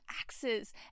axes